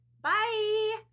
bye